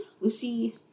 Lucy